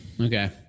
Okay